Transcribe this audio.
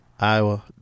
Iowa